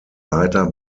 leiter